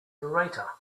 narrator